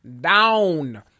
down